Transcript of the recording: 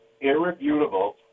irrefutable